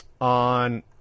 on